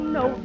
no